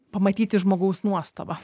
pamatyti žmogaus nuostabą